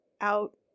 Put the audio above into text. out